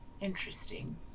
Interesting